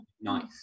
nice